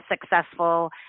successful